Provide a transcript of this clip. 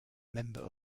member